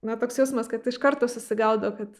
na toks jausmas kad iš karto susigaudo kad